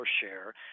share